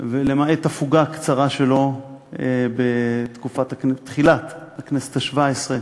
למעט הפוגה קצרה שלו בתחילת הכנסת השבע-עשרה.